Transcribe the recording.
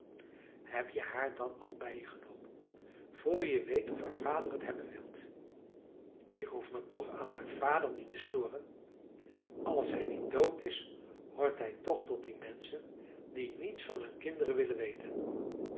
heb je haar dan al bij je genomen vr je weet of haar vader t hebben wil ik hoef me toch aan haar vader niet te storen als hij niet dood is hoort hij toch tot die menschen die niets van hun kinderen willen weten